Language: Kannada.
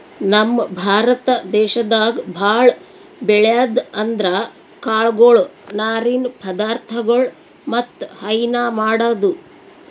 ನಮ್ ಭಾರತ ದೇಶದಾಗ್ ಭಾಳ್ ಬೆಳ್ಯಾದ್ ಅಂದ್ರ ಕಾಳ್ಗೊಳು ನಾರಿನ್ ಪದಾರ್ಥಗೊಳ್ ಮತ್ತ್ ಹೈನಾ ಮಾಡದು